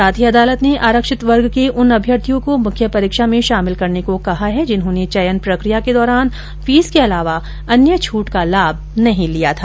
साथे ही अदालत ने आरक्षित वर्ग के उन अभ्यर्थियों को मुख्य परीक्षा में शामिल करने को कहा है जिन्होंने चयन प्रक्रिया के दौरान फीस के अलावा अन्य छूट का लाभ नहीं लिया था